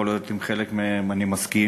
יכול להיות שעם חלק מהם אני מסכים,